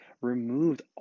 removed